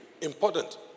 important